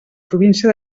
província